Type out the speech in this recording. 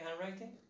handwriting